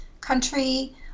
country